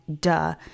duh